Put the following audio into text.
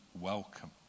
welcome